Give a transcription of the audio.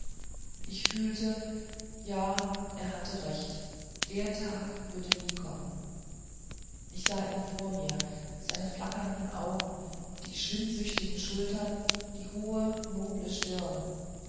ich fühlte ja er hatte recht der tag würde nie kommen ich sah ihn vor mir seine flackernden augen die schwindsüchtigen schultern die hohe noble stirn